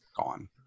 gone